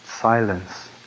silence